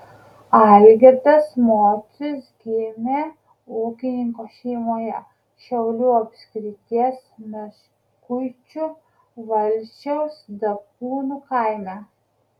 algirdas mocius gimė ūkininko šeimoje šiaulių apskrities meškuičių valsčiaus dapkūnų kaime